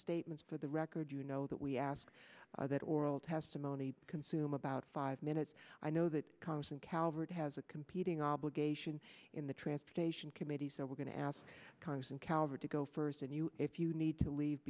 statement for the record you know that we ask that oral testimony consume about five minutes i know that congressman calvert has a competing obligation in the transportation committee so we're going to ask congress and calvert to go first and you if you need to leave